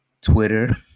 Twitter